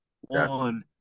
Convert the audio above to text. one